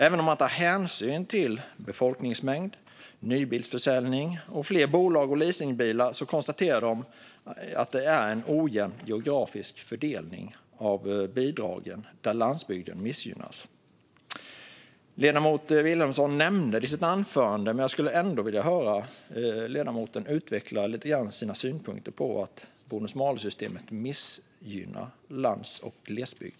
Även om det tas hänsyn till befolkningsmängd, nybilsförsäljning och fler bolag och leasingbilar konstaterar de att det är en ojämn geografisk fördelning av bidragen där landsbygden missgynnas. Ledamoten Vilhelmsson nämnde det i sitt anförande. Men jag skulle ändå vilja höra henne utveckla sina synpunkter när det gäller att bonus-malus-systemet missgynnar lands och glesbygd.